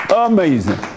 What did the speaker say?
amazing